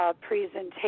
presentation